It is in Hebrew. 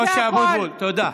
משה אבוטבול, תודה.